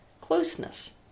closeness